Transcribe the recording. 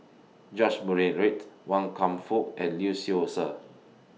George Murray Reith Wan Kam Fook and Lee Seow Ser